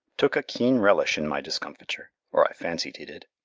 took a keen relish in my discomfiture, or i fancied he did.